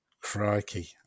Crikey